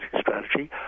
strategy